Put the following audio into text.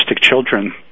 children